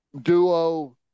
duo